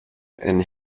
and